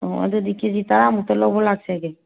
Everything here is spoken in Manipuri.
ꯑꯣ ꯑꯗꯨꯗꯤ ꯀꯦꯖꯤ ꯇꯔꯥꯃꯨꯛꯇ ꯂꯧꯕ ꯂꯥꯛꯆꯒꯦ